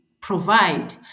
provide